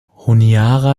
honiara